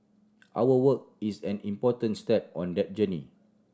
our work is an important step on that journey